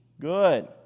good